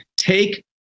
Take